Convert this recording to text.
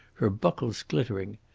her buckles glittering.